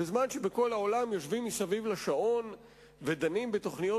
בזמן שבכל העולם יושבים מסביב לשעון ודנים בתוכניות